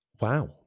Wow